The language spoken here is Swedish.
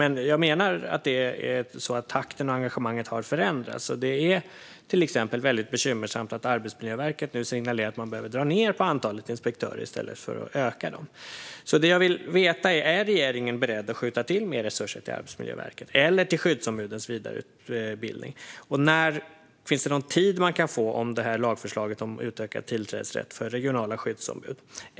Men jag menar att takten och engagemanget har förändrats. Det är till exempel bekymmersamt att Arbetsmiljöverket signalerar att de behöver dra ned på antalet inspektörer i stället för att öka. Jag vill veta om regeringen är beredd att skjuta till mer resurser till Arbetsmiljöverket eller till skyddsombudens vidareutbildning. Kan man få veta någon tid vad gäller lagförslaget om utökad tillträdesrätt för regionala skyddsombud?